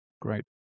Great